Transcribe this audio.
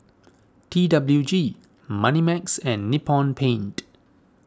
T W G Moneymax and Nippon Paint